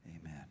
Amen